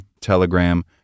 Telegram